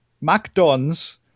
McDonald's